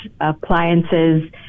appliances